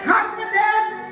Confidence